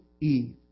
Eve